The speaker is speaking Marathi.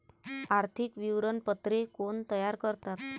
आर्थिक विवरणपत्रे कोण तयार करतात?